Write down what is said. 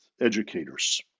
educators